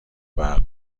برق